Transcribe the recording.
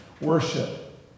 worship